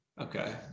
okay